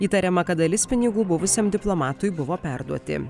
įtariama kad dalis pinigų buvusiam diplomatui buvo perduoti